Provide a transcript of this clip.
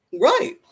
Right